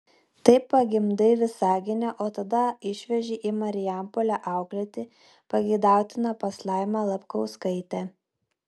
tai pagimdai visagine o tada išveži į marijampolę auklėti pageidautina pas laimą lapkauskaitę